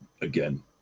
again